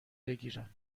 بگیرم